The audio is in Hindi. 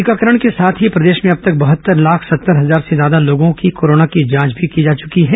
टीकाकरण के साथ ही प्रदेश में अब तक बहत्तर लाख सत्तर हजार से ज्यादा लोगों की कोरोना की जांच की जा चुकी है